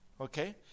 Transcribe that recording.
Okay